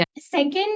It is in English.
Second